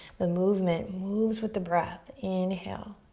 the movement moves with the breath. inhale